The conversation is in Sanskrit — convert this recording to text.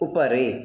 उपरि